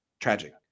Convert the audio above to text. Tragic